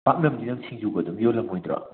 ꯄꯥꯛꯅꯝꯗꯤ ꯅꯪ ꯁꯤꯡꯖꯨꯒ ꯑꯗꯨꯝ ꯌꯣꯜꯂꯝꯃꯣꯏꯗ꯭ꯔꯣ